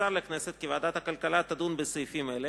נמסר לכנסת כי ועדת הכלכלה תדון בסעיפים אלה,